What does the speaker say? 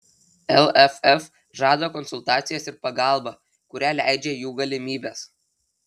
lff žada konsultacijas ir pagalbą kurią leidžia jų galimybės